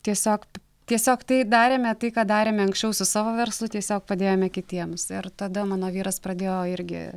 tiesiog tiesiog tai darėme tai ką darėme anksčiau su savo verslu tiesiog padėjome kitiems ir tada mano vyras pradėjo irgi